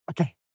Okay